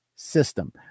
system